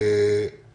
רק